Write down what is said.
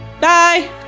Bye